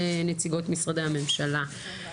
לנציגות משרדי הממשלה.